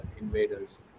invaders